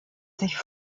sich